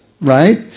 right